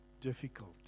difficult